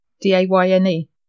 D-A-Y-N-E